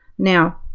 now,